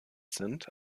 sind